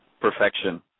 perfection